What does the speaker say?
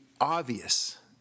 obvious